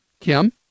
Kim